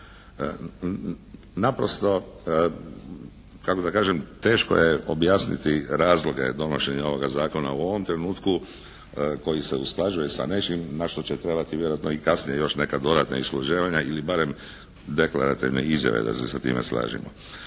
Naprosto, kako da kažem teško je objasniti razloge donošenja ovoga zakona u ovome trenutku koji se usklađuje sa nečim na što će trebati vjerojatno i kasnije još neka dodatna … /Govornik se ne razumije./ … ili barem deklarativne izjave da se sa time slažemo.